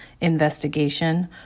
investigation